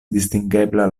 distingebla